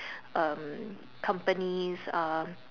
um company's uh